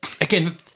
again